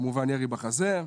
ירי בחזה,